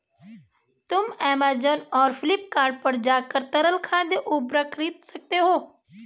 तुम ऐमेज़ॉन और फ्लिपकार्ट पर जाकर तरल खाद उर्वरक खरीद सकते हो